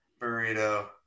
burrito